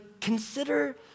consider